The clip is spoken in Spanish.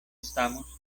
estamos